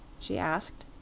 she asked.